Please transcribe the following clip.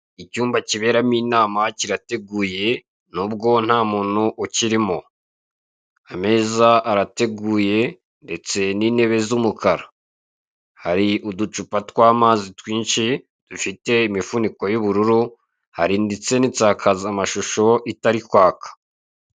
Icyumba kiberamo inama kirateguye nubwo nta muntu ukirimo, ameza arateguye ndetse n'intebe z'umukara. Hari uducupa tw'amazi twinshi dufite imifuniko y'ubururu hari ndetse n'insakazamashusho itari kwaka.